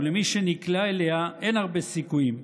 ולמי שנקלע אליה אין הרבה סיכויים.